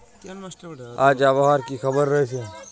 আজ আবহাওয়ার কি খবর রয়েছে?